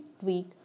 tweak